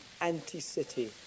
anti-city